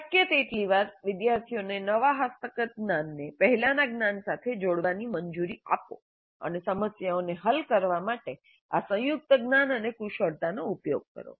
શક્ય તેટલી વાર વિદ્યાર્થીઓને નવા હસ્તગત જ્ઞાનને પહેલાના જ્ઞાન સાથે જોડવાની મંજૂરી આપો અને સમસ્યાઓ હલ કરવા માટે આ સંયુક્ત જ્ઞાન અને કુશળતાનો ઉપયોગ કરો